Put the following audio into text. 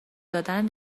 دادن